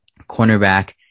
cornerback